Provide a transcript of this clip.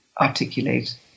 articulate